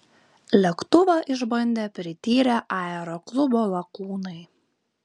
lėktuvą išbandė prityrę aeroklubo lakūnai